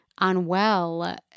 unwell